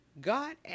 God